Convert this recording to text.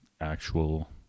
actual